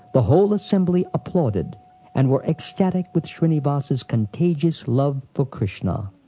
the whole assembly applauded and were ecstatic with shrinivas's contagious love for krishna.